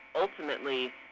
ultimately